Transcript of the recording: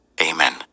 Amen